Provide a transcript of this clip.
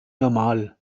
normal